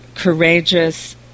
courageous